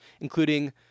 including